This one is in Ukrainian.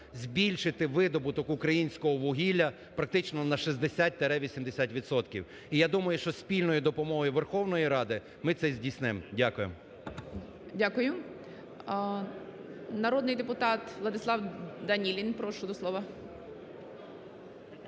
збільшити видобуток українського вугілля практично на 60-80 відсотків. І я думаю, що зі спільною допомогою Верховної Ради ми це здійснимо. Дякую. ГОЛОВУЮЧИЙ. Дякую. Народний депутат Владислав Данілін. Прошу до слова.